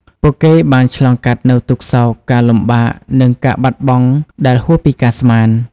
ពួកគេបានឆ្លងកាត់នូវទុក្ខសោក ការលំបាក និងការបាត់បង់ដែលហួសពីការស្មាន។